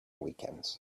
weekends